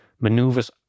maneuvers